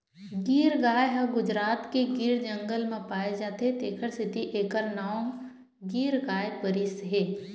गीर गाय ह गुजरात के गीर जंगल म पाए जाथे तेखर सेती एखर नांव गीर गाय परिस हे